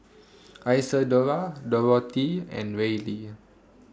Isadora Dorothea and Reilly